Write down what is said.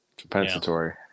compensatory